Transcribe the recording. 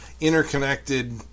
interconnected